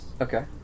Okay